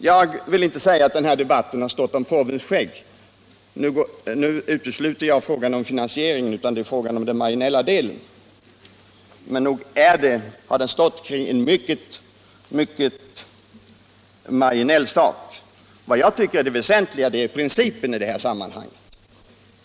Jag vill inte säga att den här debatten har stått om påvens skägg — jag utesluter nu frågan om finansieringen och avser endast marginalskattedebatten — men nog har den i hög grad gällt en marginell sak. Det väsentliga är principen i sammanhanget.